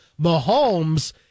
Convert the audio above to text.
Mahomes